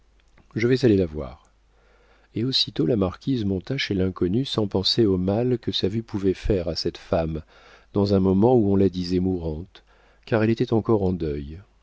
je vais aller la voir et aussitôt la marquise monta chez l'inconnue sans penser au mal que sa vue pouvait faire à cette femme dans un moment où on la disait mourante car elle était encore en deuil